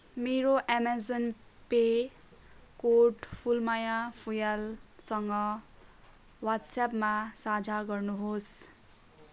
मेरो Amazon pay code Phulmaya फुयाँलसँग वाट्सएपमा साझा गर्नुहोस्